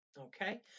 Okay